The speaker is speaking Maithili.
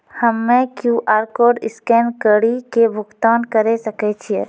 हम्मय क्यू.आर कोड स्कैन कड़ी के भुगतान करें सकय छियै?